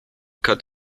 cut